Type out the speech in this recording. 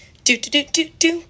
Do-do-do-do-do